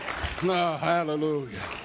hallelujah